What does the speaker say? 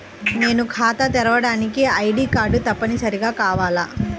నేను ఖాతా తెరవడానికి ఐ.డీ కార్డు తప్పనిసారిగా కావాలా?